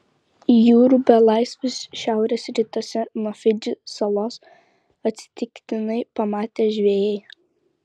jūrų belaisvius šiaurės rytuose nuo fidžį salos atsitiktinai pamatė žvejai